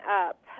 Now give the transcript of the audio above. up